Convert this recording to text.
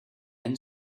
and